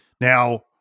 Now